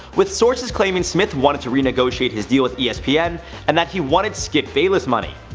with sources claiming smith wanted to renegotiate his deal with espn and that he wanted skip bayless money.